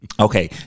Okay